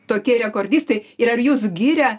tokie rekordistai ir ar jus giria